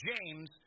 James